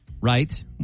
right